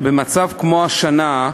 במצב כמו השנה,